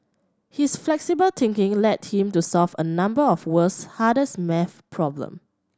his flexible thinking led him to solve a number of the world's hardest maths problem